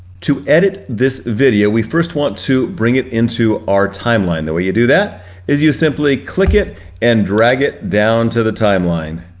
to edit this video, we first want to bring it into our timeline. the way you do that is you simply click it and drag it down to the timeline.